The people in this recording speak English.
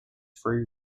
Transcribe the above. free